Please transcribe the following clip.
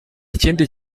ikindi